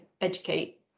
educate